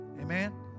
amen